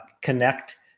connect